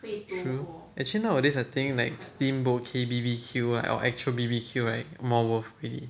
true actually nowadays I think that steamboat K B_B_Q ah or actual B_B_Q right more worth it